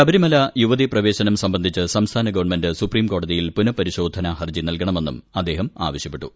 ശബരിമല യുവതീ പ്രവേശനം സംബന്ധിച്ച് സംസ്ഥാന ഗവൺമെന്റ് സുപ്രീംകോടതിയിൽ പുനപരിശോധനാ ഹർജി നൽകണമെന്നും അദ്ദേഹം ആവശ്യപ്പെട്ടു